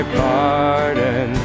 pardon